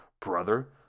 brother